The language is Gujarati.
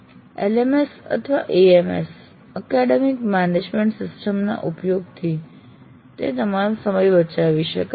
LMS અથવા AMS એકેડેમિક મેનેજમેન્ટ સિસ્ટમ ના ઉપયોગથી તે તમામ સમય બચાવી શકાય છે